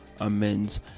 amends